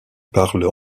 parle